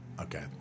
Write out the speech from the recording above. Okay